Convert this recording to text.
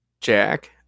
Jack